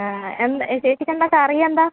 ആ എന്താണ് ചേച്ചിക്ക് എന്താണ് കറി എന്താണ്